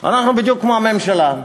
אנחנו בדיוק כמו הממשלה: